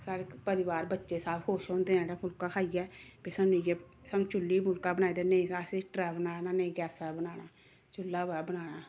साढ़े परिवार बच्चे सब खुश होंदे हैन फुलका खाइयै ते सानूं इ'यै सानूं चु'ल्ली फुलका बनाई दे नेईं तां असें हीटरा पर बनाना नेईं गैसा पर बनाना चु'ल्ला पर बनाना ऐ